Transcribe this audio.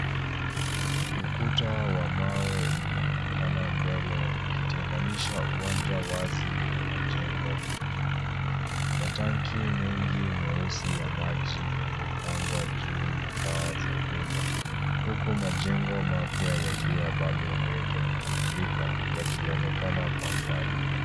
Ukuta wa mawe unaonekana mbele ukitengenisha uwanja wazi na majengo mengine. Matanki mengi meusi ya maji yamepangwa juu ya paa za nyumba, huku majengo mapya yakiwa bado hayajakamilika, yakionekana kwa mbali.